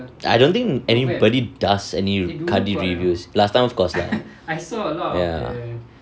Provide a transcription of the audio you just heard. I don't think anybody does any kadi reviews last time of course lah ya